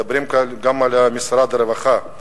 מדברים כאן גם על משרד הרווחה.